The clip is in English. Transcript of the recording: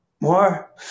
More